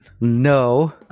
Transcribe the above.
No